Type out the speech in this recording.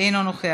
אינו נוכח,